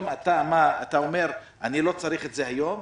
אתה גם אומר: אני לא צריך את החוק הזה היום,